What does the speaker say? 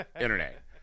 internet